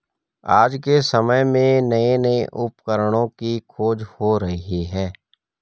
आज के समय में नये नये उपकरणों की खोज हो रही है